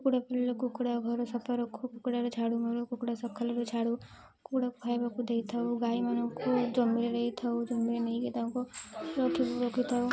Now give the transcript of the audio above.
କୁକୁଡ଼ା କିଣିଲେ କୁକୁଡ଼ା ଘର ସଫା ରଖୁ କୁକୁଡ଼ାରେ ଝାଡ଼ୁ ମାରୁ କୁକୁଡ଼ା ସକାଳରେ ଛାଡ଼ୁ କୁକୁଡ଼ା ଖାଇବାକୁ ଦେଇ ଥାଉ ଗାଈମାନଙ୍କୁ ଜମିରେ ଦେଇ ଥାଉ ଜମିରେ ନେଇକି ତାଙ୍କୁ ରଖିଥାଉ